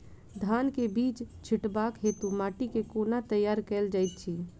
धान केँ बीज छिटबाक हेतु माटि केँ कोना तैयार कएल जाइत अछि?